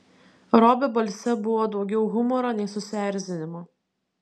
robio balse buvo daugiau humoro nei susierzinimo